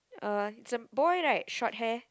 uh it's a boy right short hair